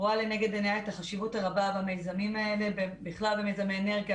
רואה לנגד עיניה את החשיבות הרבה במיזמים האלה ובכלל במיזמי אנרגיה,